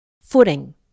Footing